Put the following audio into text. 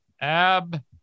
Ab